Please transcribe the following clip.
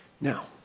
Now